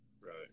Right